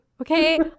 Okay